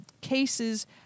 cases